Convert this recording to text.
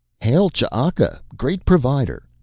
hail, ch'aka, great provider,